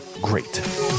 great